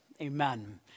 Amen